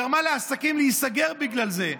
גרמה לעסקים להיסגר בגלל זה.